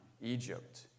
Egypt